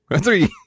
three